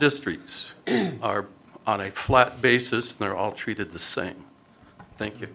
districts are on a flat basis they're all treated the same thank you